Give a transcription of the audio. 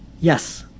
yes